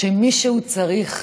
שמישהו צריך